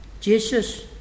Jesus